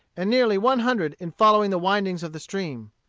and nearly one hundred in following the windings of the stream.